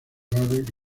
barry